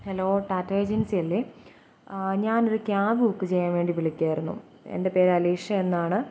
hello Tata agency അല്ലെ ആ ഞാൻ ഒരു രു ക്യാബ് ബുക്ക് ചെയ്യാൻ വേണ്ടി വിളിക്കുകയായിരുന്നു എൻ്റെ പേര് അലീഷ എന്നാണ്